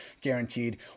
guaranteed